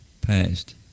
past